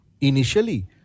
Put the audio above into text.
initially